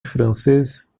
francês